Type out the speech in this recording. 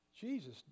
Jesus